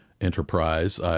enterprise